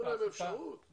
אפשרות ללמוד.